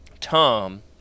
Tom